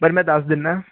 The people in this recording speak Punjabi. ਪਰ ਮੈਂ ਦੱਸ ਦਿੰਨਾ